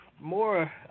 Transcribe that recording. More